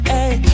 Hey